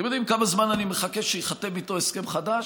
אתם יודעים כמה זמן אני מחכה שייחתם איתו הסכם חדש?